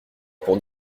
pour